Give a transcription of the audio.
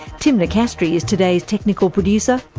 tim nicastri is today's technical producer.